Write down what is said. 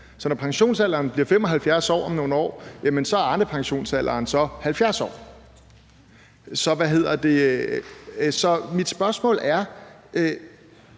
Så når pensionsalderen bliver 75 år om nogle år, er Arnepensionsalderen så 70 år. Så mit spørgsmål er: